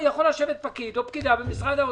יכולים לשבת פקיד או פקידה במשרד האוצר,